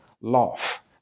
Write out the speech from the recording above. love